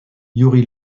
youri